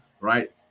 right